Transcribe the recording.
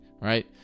right